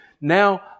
Now